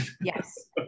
Yes